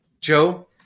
Joe